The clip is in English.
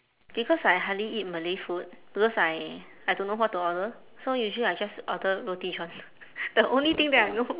because I hardly eat malay food because I I don't know what to order so usually I just order roti john the only thing that I know